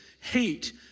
hate